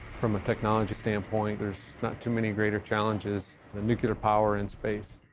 from a technology standpoint, there's not too many greater challenges than nuclear power in space.